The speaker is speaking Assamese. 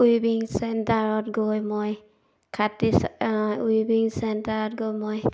উইভিং চেণ্টাৰত গৈ মই খাতি উইভিং চেণ্টাৰত গৈ মই